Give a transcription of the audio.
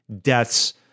deaths